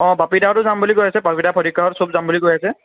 অঁ বাপীদাহঁতো যাম বুলি কৈ আছে বাপীদা ফটিকদাহঁত সব যাম বুলি কৈ আছে